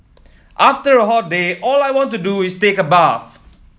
after a hot day all I want to do is take a bath